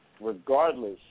regardless